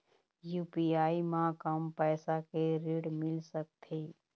UPI म कम पैसा के ऋण मिल सकथे?